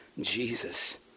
Jesus